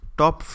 top